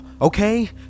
okay